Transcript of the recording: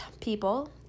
people